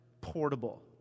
portable